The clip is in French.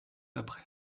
après